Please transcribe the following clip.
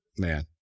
Man